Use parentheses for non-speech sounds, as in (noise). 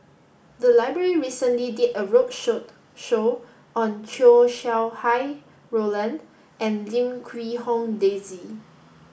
the library recently did a road (unintelligible) show on Chow Sau Hai Roland and Lim Quee Hong Daisy